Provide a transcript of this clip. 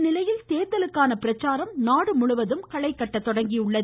இந்நிலையில் தேர்தலுக்கான பிரச்சாரம் நாடுமுழுவதும் களைகட்ட தொடங்கியுள்ளது